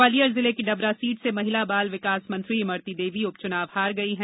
ग्वालियर जिले की डबरा सीट से महिला बाल विकास मंत्री इमरती देवी उपचुनाव हार गईं